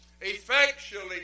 effectually